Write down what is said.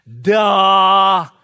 Duh